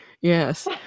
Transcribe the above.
yes